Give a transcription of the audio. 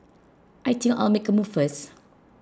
I think I'll make a move first